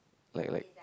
like like